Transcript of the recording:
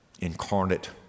incarnate